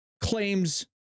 claims